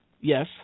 Yes